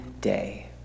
day